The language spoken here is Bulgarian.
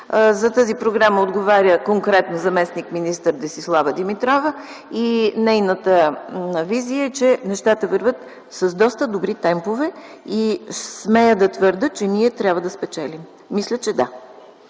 За тази програма отговаря конкретно заместник-министър Десислава Димитрова и нейната визия е, че нещата вървят с доста добри темпове и смея да твърдя, че ние трябва да спечелим. Мисля, че да.